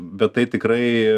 bet tai tikrai